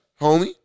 homie